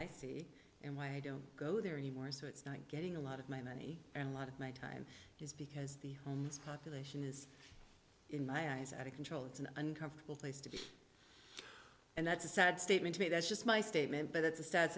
i see and i don't go there anymore so it's not getting a lot of my money and a lot of my time is because the population is in my eyes out of control it's an uncomfortable place to be and that's a sad statement to me that's just my statement but that's a sad